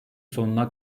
sonuna